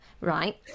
right